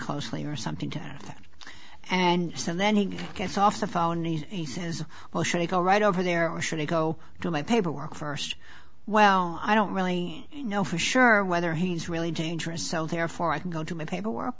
closely or something to that and so then he gets off the phone he says well should i go right over there or should i go to my paperwork first well i don't really know for sure whether he's really dangerous so therefore i can go to my paperwork